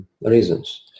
reasons